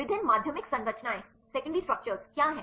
विभिन्न माध्यमिक संरचनाएं क्या हैं